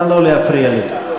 נא לא להפריע לי.